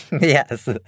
yes